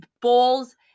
balls